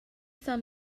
some